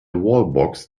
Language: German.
wallbox